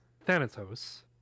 Thanatos